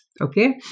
okay